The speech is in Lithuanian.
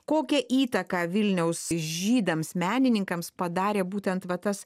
kokią įtaką vilniaus žydams menininkams padarė būtent va tas